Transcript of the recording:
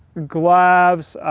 gloves,